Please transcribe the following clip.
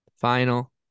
final